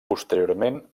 posteriorment